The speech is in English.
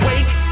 Wake